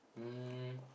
um